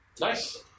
Nice